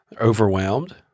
Overwhelmed